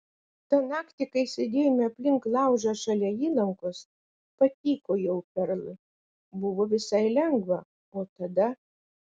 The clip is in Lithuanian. tą naktį kai sėdėjome aplink laužą šalia įlankos patykojau perl buvo visai lengva o tada